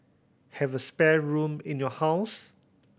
have a spare room in your house